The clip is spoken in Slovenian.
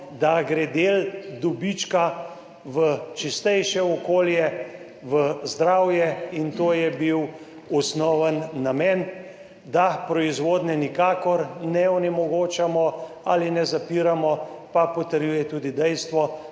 da gre del dobička v čistejše okolje, v zdravje, to je bil osnovni namen. Da proizvodnje nikakor ne onemogočamo ali ne zapiramo, pa potrjuje tudi dejstvo,